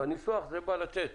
בניסוח זה בא לתת